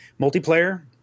multiplayer